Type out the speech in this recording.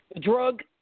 Drug